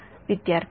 विद्यार्थीः तेच